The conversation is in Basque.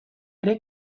ere